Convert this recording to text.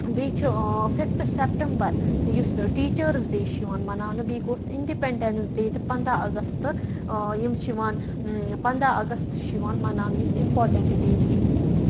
بیٚیہِ چھُ fifth September یُس ٹیٖچرس ڈے چھُ یِوان مَناونہٕ بیٚیہِ گوس اِنڈِپنڈنٕس ڈے تہٕ پَنٛداہ اَگست یِم چھِ یِوان پَنٛداہ اَگست چھُ یِوان مَناونہٕ یُس اِمپاٹَنٹ ڈیٹ چھُ